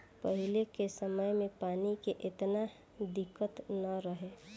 पहिले के समय में पानी के एतना किल्लत ना रहे